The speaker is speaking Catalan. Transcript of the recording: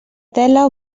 tela